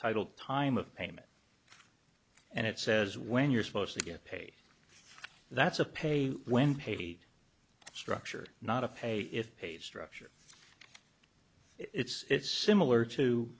titled time of payment and it says when you're supposed to get paid that's a pay when paid structure not of pay if paid structure it's similar to